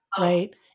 right